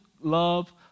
love